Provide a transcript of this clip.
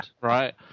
right